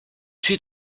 suis